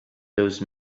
those